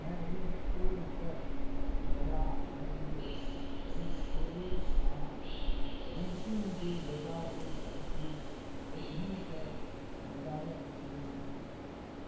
Harry Potter बला audio book खोलू आ अन्तिम जे बजाओल अछि ओतहिसँ बजायब शुरू करू